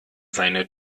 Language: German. seine